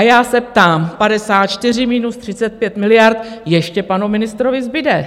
A já se ptám: 54 minus 35 miliard ještě panu ministrovi zbude.